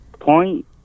Point